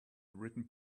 written